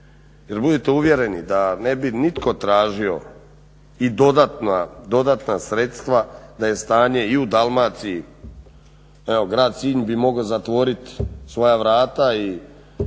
budite uvjereni da ne bi nitko tražio i dodatna sredstva da je stanje i u Dalmaciji, evo grad Sinj bi mogao zatvoriti svoja vrata i